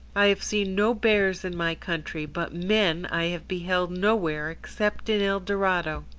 i have seen no bears in my country, but men i have beheld nowhere except in el dorado.